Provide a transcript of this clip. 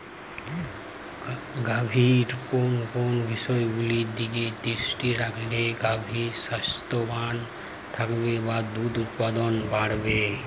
গাভীর কোন কোন বিষয়গুলোর দিকে দৃষ্টি রাখলে গাভী স্বাস্থ্যবান থাকবে বা দুধ উৎপাদন বাড়বে?